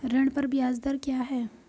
ऋण पर ब्याज दर क्या है?